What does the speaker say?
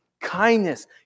kindness